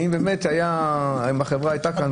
האם החברה הייתה.